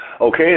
okay